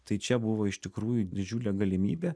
tai čia buvo iš tikrųjų didžiulė galimybė